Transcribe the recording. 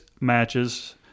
matches